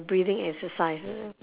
breathing exercises